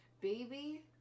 Baby